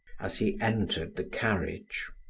as he entered the carriage.